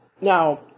now